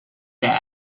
death